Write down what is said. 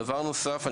דבר נוסף,